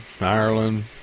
Ireland